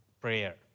prayer